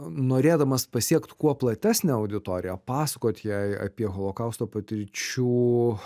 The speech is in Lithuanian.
norėdamas pasiekt kuo platesnę auditoriją pasakot jai apie holokausto patirčių